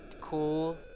cool